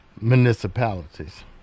municipalities